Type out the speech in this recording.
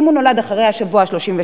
כי אם הפג נולד אחרי השבוע ה-33,